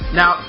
now